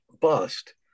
bust